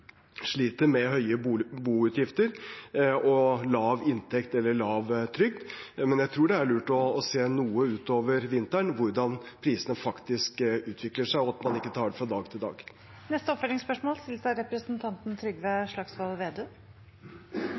sliter med høye boutgifter og lav inntekt eller lav trygd. Men jeg tror det er lurt å se noe utover vinteren på hvordan prisene faktisk utvikler seg, og at vi ikke tar det fra dag til dag. Trygve Slagsvold Vedum – til oppfølgingsspørsmål.